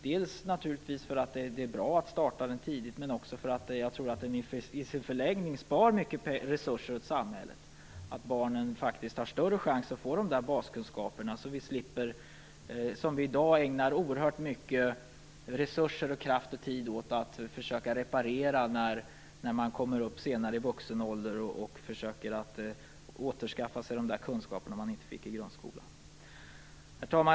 Dels är det bra om den startas tidigt, dels sparar den i förlängningen resurser åt samhället genom att barnen får större chans att inhämta baskunskaperna. I dag ägnas oerhört mycket resurser, kraft och tid åt att försöka reparera skadorna för dem som i vuxen ålder skall försöka återskaffa sig de kunskaper som de inte fick i grundskolan. Herr talman!